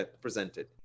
presented